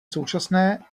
současné